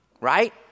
Right